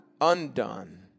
undone